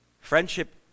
Friendship